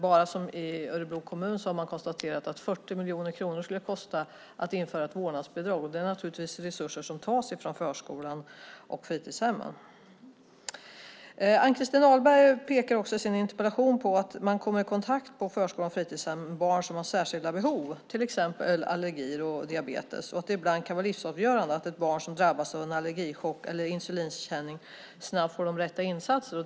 Bara i Örebro kommun har man konstaterat att det skulle kosta 40 miljoner att införa ett vårdnadsbidrag. Det är naturligtvis resurser som tas från förskolan och fritidshemmen. Ann-Christin Ahlberg pekar i sin interpellation också på att man i förskolan och på fritidshemmen kommer i kontakt med barn som har särskilda behov - det kan handla till exempel om allergier och diabetes - och att det ibland kan vara livsavgörande att ett barn som drabbas av en allergichock eller av insulinkänning snabbt får de rätta insatserna.